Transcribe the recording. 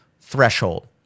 threshold